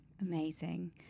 Amazing